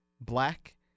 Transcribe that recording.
black